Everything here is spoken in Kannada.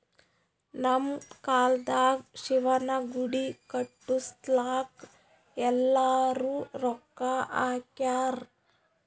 ನಮ್ ಕಾಲ್ದಾಗ ಶಿವನ ಗುಡಿ ಕಟುಸ್ಲಾಕ್ ಎಲ್ಲಾರೂ ರೊಕ್ಕಾ ಹಾಕ್ಯಾರ್